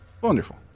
Wonderful